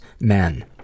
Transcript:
men